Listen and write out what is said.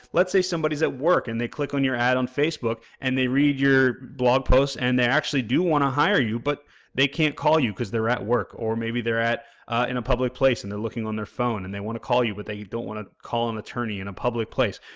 let's say somebody's at work and they click on your ad on facebook and they read your blog post and they actually do want to hire you but they can't call you because they're at work or maybe they're at in a public place and they're looking on their phone and they want to call you but they don't want to call an um attorney in a public place.